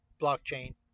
blockchain